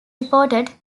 reported